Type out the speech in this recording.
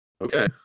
Okay